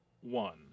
One